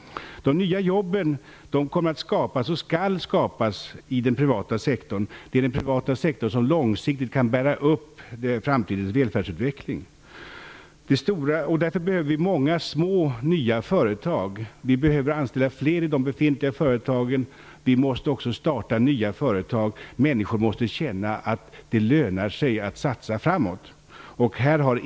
De nya jobben kommer att skapas och skall skapas i den privata sektorn. Det är den privata sektorn som långsiktigt kan bära upp framtidens välfärdsutveckling. Därför behöver vi många små nya företag. Vi behöver anställa fler i de befintliga företagen. Vi måste också starta nya företag. Människor måste känna att det lönar sig att satsa framåt.